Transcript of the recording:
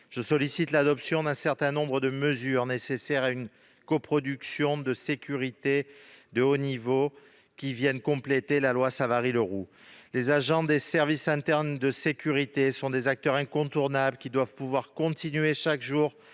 je sollicite l'adoption d'un certain nombre de mesures nécessaires pour une coproduction de sécurité de haut niveau, qui viennent compléter la loi Savary-Leroux. Les agents des services internes de sécurité sont des acteurs incontournables, qui doivent pouvoir continuer, chaque jour,